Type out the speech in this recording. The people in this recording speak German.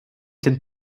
den